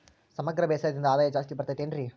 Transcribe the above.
ಸಮಗ್ರ ಬೇಸಾಯದಿಂದ ಆದಾಯ ಜಾಸ್ತಿ ಬರತೈತೇನ್ರಿ?